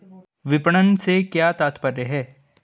विपणन से क्या तात्पर्य है?